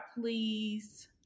please